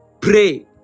pray